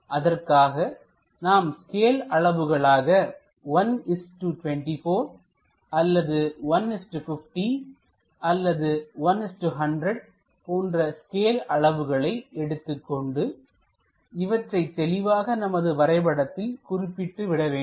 அதற்காக நாம் ஸ்கேல் அளவுகளாக 124 அல்லது 150 அல்லது 1100 போன்ற ஸ்கேல் அளவுகளை எடுத்துக்கொண்டு இவற்றை தெளிவாக நமது வரைபடத்தில் குறிப்பிட்டு விட வேண்டும்